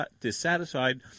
dissatisfied